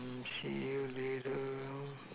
see you later